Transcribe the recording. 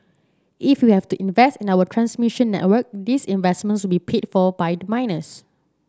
if we have to invest in our transmission network these investments will paid for by the miners